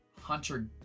Hunter